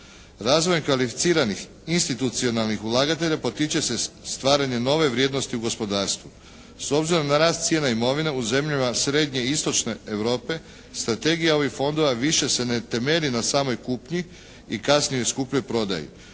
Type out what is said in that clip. Razvoj kvalificiranih institucionalnih ulagatelja potiče se stvaranjem nove vrijednosti u gospodarstvu. S obzirom na rast cijena imovine u zemljama srednje i istočne Europe strategija ovih fondova više se ne temelji na samoj kupnji i kasnijoj skupoj prodaji.